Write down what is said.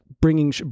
bringing